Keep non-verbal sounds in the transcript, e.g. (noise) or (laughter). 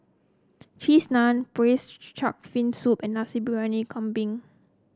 Cheese Naan braised (unintelligible) fin soup and Nasi Briyani Kambing